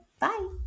Bye